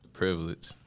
Privilege